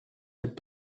had